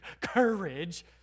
courage